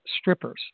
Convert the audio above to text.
strippers